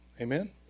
Amen